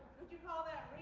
would you call that